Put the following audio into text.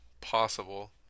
possible